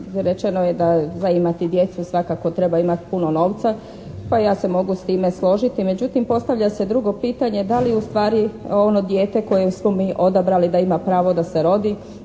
Rečeno je da za imati djecu svakako treba imati puno novca. Pa ja se mogu s time složiti. Međutim, postavlja se drugo pitanje da li ustvari ono dijete koje smo mi odabrali da ima pravo da se rodi,